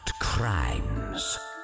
crimes